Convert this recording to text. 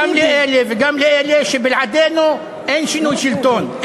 גם לאלה וגם לאלה, שבלעדינו אין שינוי שלטון.